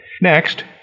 Next